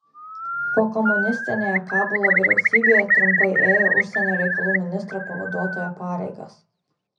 pokomunistinėje kabulo vyriausybėje trumpai ėjo užsienio reikalų ministro pavaduotojo pareigas